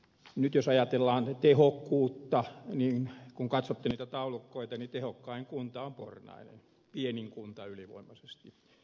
nyt jos ajatellaan tehokkuutta ja kun katsotaan niitä taulukoita niin tehokkain kunta on pornainen pienin kunta ylivoimaisesti